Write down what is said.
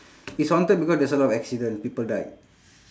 it's haunted because there's a lot of accident people died